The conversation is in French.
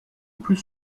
plus